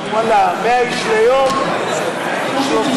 ואללה, 100 איש ליום, 360,